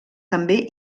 també